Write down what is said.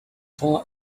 far